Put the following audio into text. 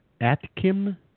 Atkin